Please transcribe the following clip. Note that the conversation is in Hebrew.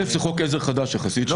זה חוק עזר חדש יחסית,